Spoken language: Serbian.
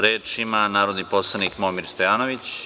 Reč ima narodni poslanik Momir Stojanović.